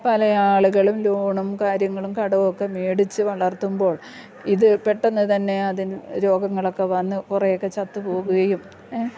പല ആളുകളും ലോണും കാര്യങ്ങളും കടവുമൊക്കെ മേടിച്ചു വളർത്തുമ്പോൾ ഇത് പെട്ടെന്ന് തന്നെ അതിന് രോഗങ്ങളൊക്കെ വന്നു കുറെയൊക്കെ ചത്തു പോകുകയും